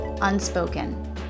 unspoken